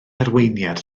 arweiniad